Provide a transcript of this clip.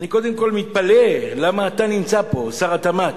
אני קודם כול מתפלא למה אתה נמצא פה, שר התמ"ת?